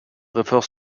refers